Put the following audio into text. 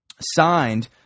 signed